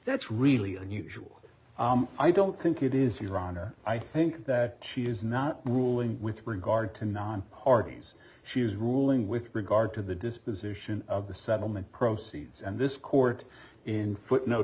that's really unusual i don't think it is iran or i think that she is not ruling with regard to non hardy's she is ruling with regard to the disposition of the settlement proceeds and this court in footnote